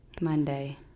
Monday